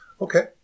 Okay